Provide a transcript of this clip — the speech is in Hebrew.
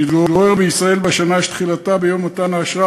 שהתגורר בישראל בשנה שתחילתה ביום מתן האשרה